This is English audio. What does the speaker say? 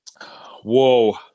Whoa